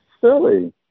silly